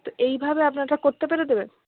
তো এইভাবে আপনারা করতে পেরে দেবে